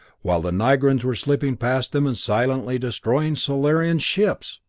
while the nigrans were slipping past them and silently destroying solarian ships!